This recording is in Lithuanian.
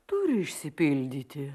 turi išsipildyti